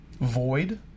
Void